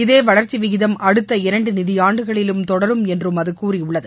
இதே வளர்ச்சி விகிதம் அடுத்த இரண்டு நிதியாண்டுகளிலும் தொடரும் என்றும் அது கூறியுள்ளது